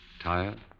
Tired